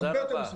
תודה רבה.